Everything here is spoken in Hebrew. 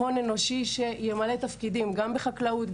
הון אנושי שימלא תפקידים גם בחקלאות,